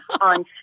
on